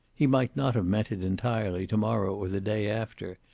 he might not have meant it, entirely, to-morrow or the day after.